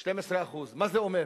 12%. מה זה אומר?